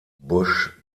busch